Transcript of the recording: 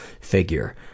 figure